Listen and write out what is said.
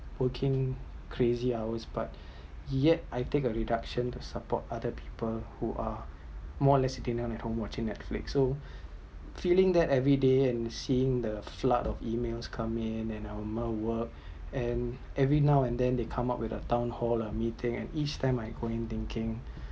working crazy hours part yet I take a reduction to support other people who are more less at home watching Netflix so feeling that everyday and seeing the flood of email coming in and of work and every now and then they come out with the town hall and meeting and ease them I’m going thinking